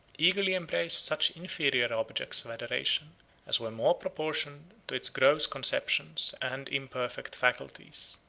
eagerly embraced such inferior objects of adoration as were more proportioned to its gross conceptions and imperfect faculties.